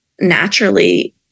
naturally